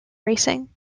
racing